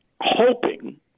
hoping